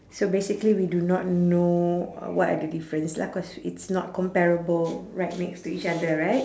so basically we do not know uh what are the difference lah cause it's not comparable right next to each other right